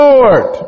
Lord